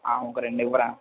ఒక రెండు ఇవ్వరా